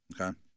Okay